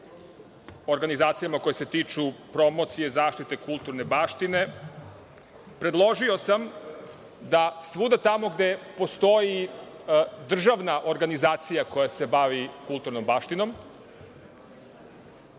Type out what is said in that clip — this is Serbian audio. organizacijama koje se tiču promocije i zaštite kulturne baštine. Predložio sam da svuda tamo gde postoji državna organizacija koja se bavi kulturnom baštinom